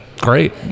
great